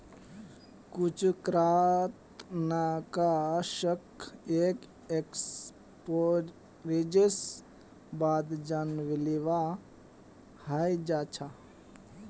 कुछु कृंतकनाशक एक एक्सपोजरेर बाद जानलेवा हय जा छ